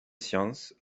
science